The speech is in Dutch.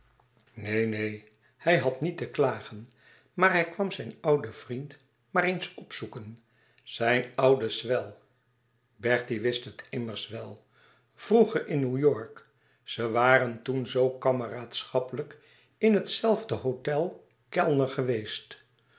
neen neen hij had niet te klagen maar hij kwam zijn ouden vriend maar eens opzoeken zijn ouden swell bertie wist het immers wel vroeger in new-york ze waren toen zoo kameraadschappelijk in het zelfde hôtel kellner geweest